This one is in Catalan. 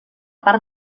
part